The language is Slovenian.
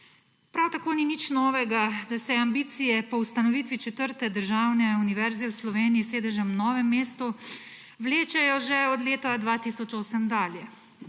Prav tako ni nič novega, da se ambicije po ustanovitvi četrte državne univerze v Sloveniji, s sedežem v Novem mestu, vlečejo že od leta 2008 dalje.